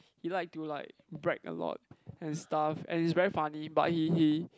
he like to like brag a lot and stuff and he's very funny but he he